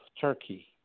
Turkey